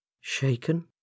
Shaken